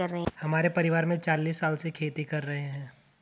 हमारे परिवार में चालीस साल से खेती कर रहे हैं